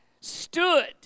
stood